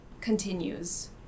continues